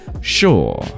sure